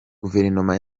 guverinoma